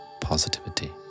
positivity